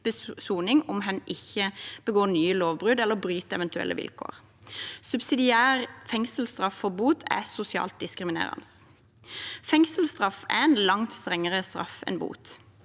om hen ikke begår nye lovbrudd eller bryter eventuelle vilkår. Subsidiær fengselsstraff for bot er sosialt diskriminerende. Fengselsstraff er en langt strengere straff enn bot.